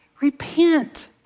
Repent